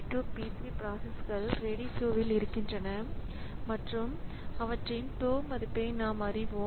P1P2P3 பிராசஸ்கள் ready queue இருக்கின்றன மற்றும் அவற்றின் tau மதிப்பை நாம் அறிவோம்